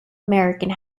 american